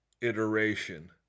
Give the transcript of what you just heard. iteration